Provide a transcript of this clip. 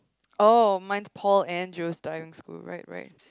oh mine's Paul and Joe's Diving School right right